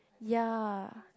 ya